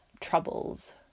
troubles